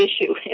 issue